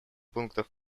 пунктов